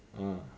ah